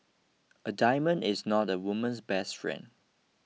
a diamond is not a woman's best friend